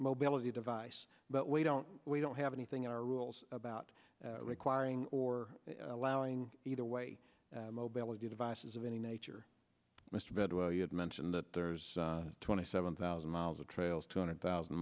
mobility device but we don't we don't have anything in our rules about requiring or allowing either way mobility devices of any nature mr bedwell you had mentioned that there's twenty seven thousand miles of trails two hundred thousand